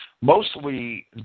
mostly